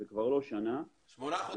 זה כבר לא שנה, זה 8 חודשים.